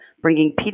bringing